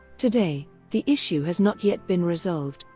today, the issue has not yet been resolved,